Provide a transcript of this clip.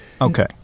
Okay